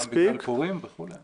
גם בגלל פורים, וכו'?